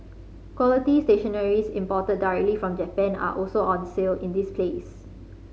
quality stationery's imported directly from Japan are also on sale in this place